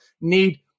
need